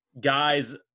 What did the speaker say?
guys